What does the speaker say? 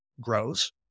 grows